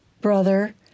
brother